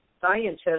scientists